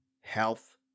health